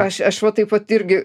aš aš va taip vat irgi